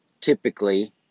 typically